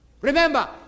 Remember